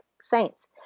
saints